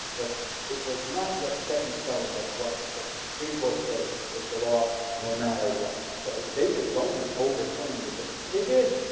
but it was not yet set in stone that what the supreme court said was the law no matter what. so, they were going to overturn the dred, they did.